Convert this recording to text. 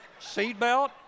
Seatbelt